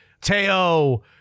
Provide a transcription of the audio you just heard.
Teo